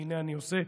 והינה אני עושה,